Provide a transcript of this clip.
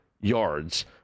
yards